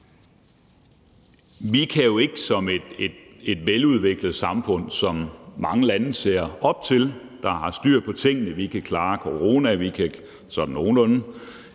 Vi er jo et veludviklet samfund, som mange lande ser op til, og som har styr på tingene. Vi kan sådan nogenlunde